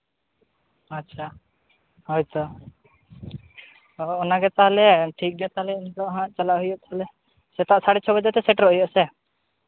ᱟᱪᱪᱷᱟ ᱦᱳᱭ ᱛᱚ ᱚᱱᱟᱜᱮ ᱛᱟᱦᱚᱞᱮ ᱴᱷᱤᱠ ᱜᱮᱭᱟ ᱛᱟᱦᱚᱞᱮ ᱱᱤᱛᱚᱜ ᱦᱟᱸᱜ ᱪᱟᱞᱟᱜ ᱦᱩᱭᱩᱜᱼᱟ ᱛᱟᱦᱚᱞᱮ ᱥᱮᱛᱟᱜ ᱥᱟᱲᱮ ᱪᱷᱚᱭ ᱵᱟᱡᱮ ᱛᱮ ᱥᱮᱴᱮᱨ ᱦᱩᱭᱩᱜᱼᱟ ᱥᱮ